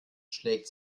schlägt